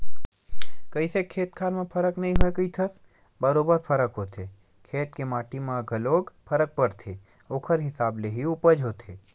कइसे खेत खार म फरक नइ होवय कहिथस बरोबर फरक होथे खेत के माटी मन म घलोक फरक परथे ओखर हिसाब ले ही उपज होथे